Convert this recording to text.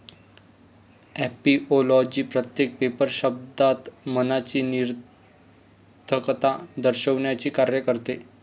ऍपिओलॉजी प्रत्येक पेपर शब्दात मनाची निरर्थकता दर्शविण्याचे कार्य करते